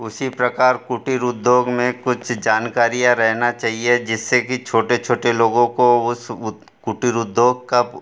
उसी प्रकार कुटिर उद्योग में कुछ जानकारियाँ रहना चाहिए जिससे कि छोटे छोटे लोगों को उस उत कुटिर उद्योग का